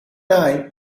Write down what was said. eye